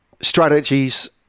Strategies